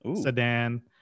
sedan